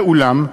ואולם,